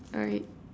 alright